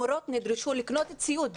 מורות נדרשו לקנות ציוד,